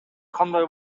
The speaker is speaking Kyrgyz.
кандай